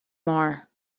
more